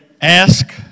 ask